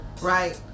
right